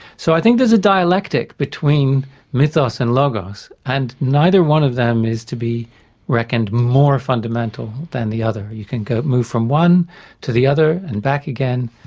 so i think there's a dialectic between mythos and logos, and neither one of them is to be reckoned more fundamental than the other. you can move from one to the other and back again.